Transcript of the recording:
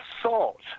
assault